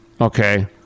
okay